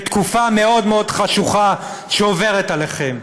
בתקופה מאוד מאוד חשוכה שעוברת עליכם.